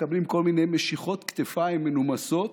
מקבלים כל מיני משיכות כתפיים מנומסות,